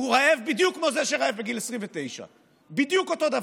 הוא רעב בדיוק כמו זה שרעב בגיל 29. בדיוק אותו דבר.